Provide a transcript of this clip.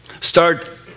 Start